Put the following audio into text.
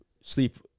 sleep